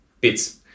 bits